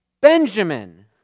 Benjamin